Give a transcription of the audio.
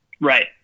Right